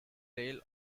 rail